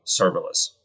serverless